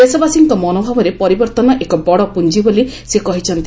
ଦେଶବାସୀଙ୍କ ମନୋଭାବରେ ପରିବର୍ତ୍ତନ ଏକ ବଡ଼ ପୁଞ୍ଜି ବୋଲି ସେ କହିଛନ୍ତି